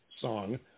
song